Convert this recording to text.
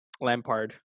Lampard